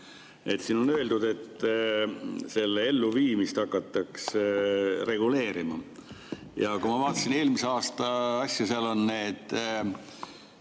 Siin on öeldud, et selle elluviimist hakatakse reguleerima. Kui ma vaatasin eelmist aastat, seal on need